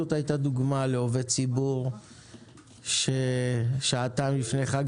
זאת דוגמה לעובד ציבור ששעתיים לפני חג